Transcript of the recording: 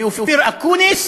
לאופיר אקוניס